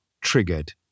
triggered